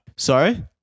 Sorry